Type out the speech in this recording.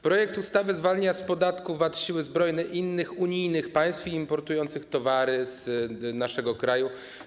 Projekt ustawy zwalnia z podatku VAT siły zbrojne innych unijnych państw importujących towary z naszego kraju.